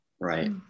Right